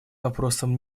вопросам